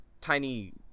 tiny